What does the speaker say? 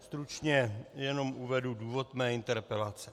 Stručně jenom uvedu důvod své interpelace.